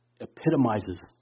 epitomizes